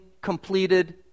completed